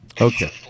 Okay